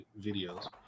videos